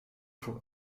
voor